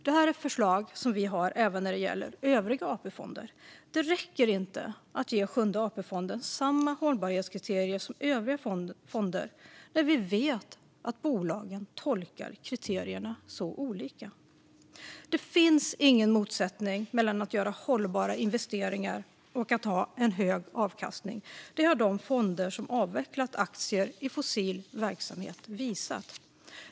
Dessa förslag har vi även när det gäller övriga AP-fonder. Det räcker inte att ge Sjunde AP-fonden samma hållbarhetskriterier som övriga fonder när vi vet att bolagen tolkar kriterierna så olika. Det finns ingen motsättning mellan att göra hållbara investeringar och att ha en hög avkastning. Det har de fonder som har avvecklat aktier i fossil verksamhet visat.